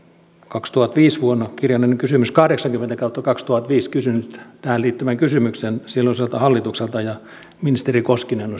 vuonna kaksituhattaviisi kirjallinen kysymys kahdeksankymmentä kautta kaksituhattaviisi kysynyt tähän liittyvän kysymyksen silloiselta hallitukselta ja ministeri koskinen